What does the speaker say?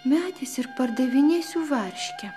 medis ir pardavinėsiu varškę